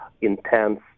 intense